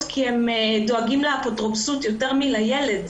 כי הם דואגים לאפוטרופסות יותר מאשר לילד.